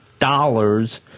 Dollars